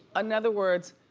and other words,